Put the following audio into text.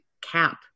cap